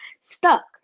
stuck